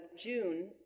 June